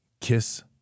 kiss